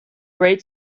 great